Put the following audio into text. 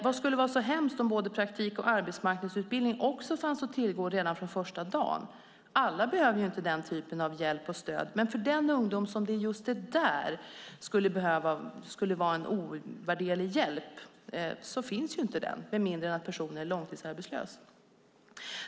Vad skulle vara så hemskt om både praktik och arbetsmarknadsutbildning fanns att tillgå från första dagen? Alla behöver inte den typen av hjälp och stöd, men för den unga människa som just det där skulle vara en ovärderlig hjälp finns inte det, med mindre än att personen är långtidsarbetslös.